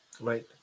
Right